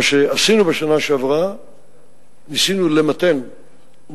סיבת הקמתם היא